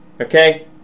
Okay